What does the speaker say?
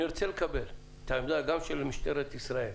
אני ארצה לקבל את העמדה, גם של משטרת התנועה,